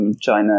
China